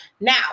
Now